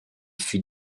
fut